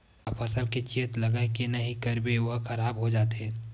का फसल के चेत लगय के नहीं करबे ओहा खराब हो जाथे?